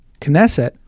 Knesset